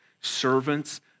servants